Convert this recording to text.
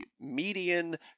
median